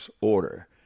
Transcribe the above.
order